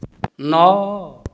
ନଅ